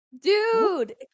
dude